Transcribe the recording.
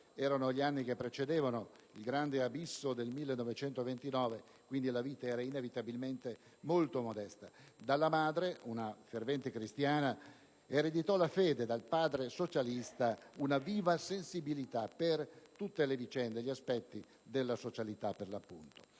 infatti gli anni che precedevano il grande abisso del 1929 e, quindi, la vita era inevitabilmente molto modesta. Dalla madre, una fervente cristiana, ereditò la fede e dal padre socialista una viva sensibilità per tutte le vicende e gli aspetti della socialità. A 18 anni